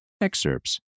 Excerpts